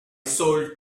sold